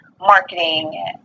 marketing